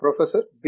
professor B